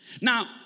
Now